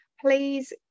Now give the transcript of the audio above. please